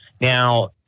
now